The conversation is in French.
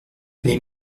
les